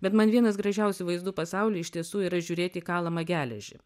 bet man vienas gražiausių vaizdų pasauly iš tiesų yra žiūrėti į kalamą geležį